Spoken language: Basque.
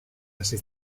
hasi